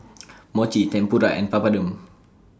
Mochi Tempura and Papadum